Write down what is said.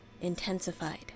intensified